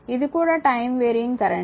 ఇది కూడా time varying current